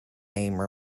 name